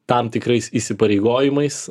tam tikrais įsipareigojimais